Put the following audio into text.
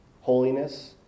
holiness